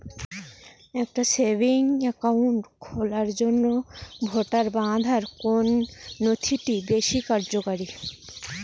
একটা savings account খোলার জন্য ভোটার বা আধার কোন নথিটি বেশী কার্যকরী?